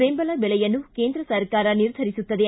ಬೆಂಬಲ ಬೆಲೆಯನ್ನು ಕೇಂದ್ರ ಸರ್ಕಾರ ನಿರ್ಧರಿಸುತ್ತದೆ